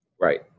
Right